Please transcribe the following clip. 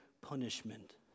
punishment